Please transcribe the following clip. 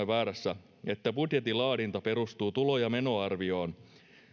väärässä että budjetin laadinta perustuu tulo ja menoarvioon